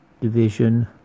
division